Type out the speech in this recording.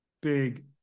big